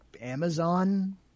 Amazon